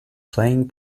playing